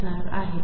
असणारआहे